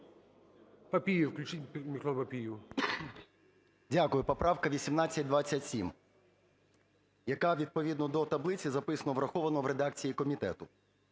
Поправка 1827, яка відповідно до таблиці записано "враховано в редакції комітету".